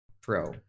Pro